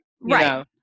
Right